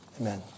Amen